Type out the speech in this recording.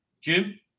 Jim